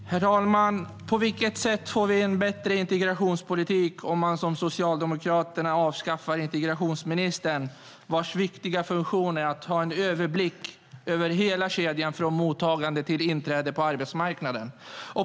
Herr talman! På vilket sätt får vi en bättre integrationspolitik om man som Socialdemokraterna avskaffar integrationsministern, vars viktiga funktion är att ha överblick över hela kedjan från mottagande till inträde på arbetsmarknaden?